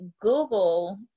google